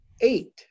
eight